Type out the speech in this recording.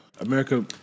America